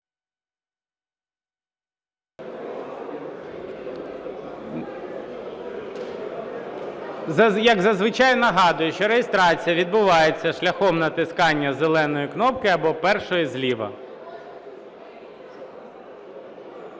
Як зазвичай, нагадую, що реєстрація відбувається шляхом натискання зеленої кнопки, або першої зліва.